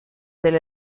del